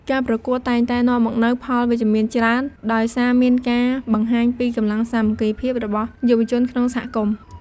ការប្រកួតតែងតែនាំមកនូវផលវិជ្ជមានច្រើន ដោយសារមានការបង្ហាញពីកម្លាំងសាមគ្គីភាពរបស់យុវជនក្នុងសហគមន៍។